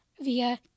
via